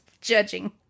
judging